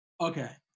Okay